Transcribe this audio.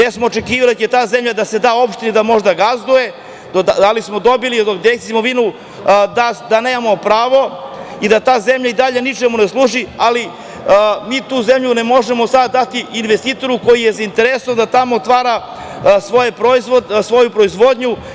Očekivali smo da će ta zemlja da se da opštini da možda gazduje, ali smo dobili od Direkcije za imovinu da nemamo pravo i da ta zemlja i dalje ničemu ne služi, ali mi tu zemlju ne možemo sada dati investitoru koji je zainteresovan da tamo otvara svoju proizvodnju.